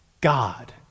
God